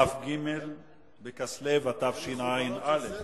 כ"ג בכסלו התשע"א,